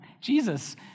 Jesus